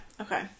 okay